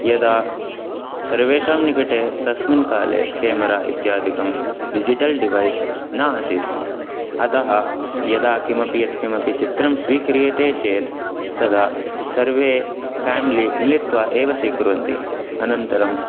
यदा सर्वेषां निकटे तस्मिन् काले केमेरा इत्यादिकं डिजिटल् डिवैस् न आसीत् अतः यदा किमपि यत्किमपि चित्रं स्वीक्रियते चेत् तदा सर्वे फ़्याम्ली मिलित्वा एव स्वीकुर्वन्ति अनन्तरम्